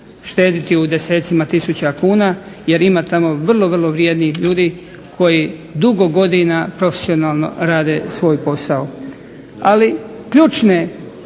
štediti u desecima tisuća kuna jer ima tamo vrlo, vrlo vrijednih ljudi koji dugo godina profesionalno rade svoj posao. Ali ključne,